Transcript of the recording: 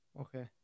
Okay